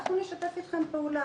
אנחנו נשתף אתכם פעולה,